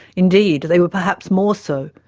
indeed they were perhaps more so,